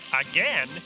again